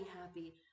happy